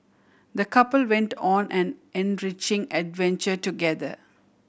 the couple went on an enriching adventure together